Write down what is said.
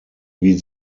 wie